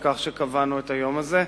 על כך שקבענו את היום הזה.